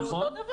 נכון.